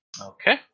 Okay